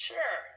Sure